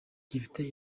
gifite